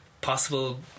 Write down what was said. Possible